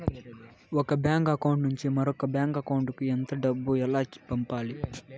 ఒక bank account నుంచి మరొక బ్యాంకు అకౌంట్ కు ఎంత డబ్బు ఎలా పంపాలి